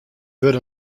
wurde